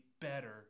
better